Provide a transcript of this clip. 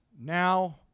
now